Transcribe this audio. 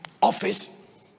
office